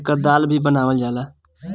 एकर दाल भी बनावल जाला